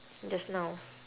just now